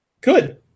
Good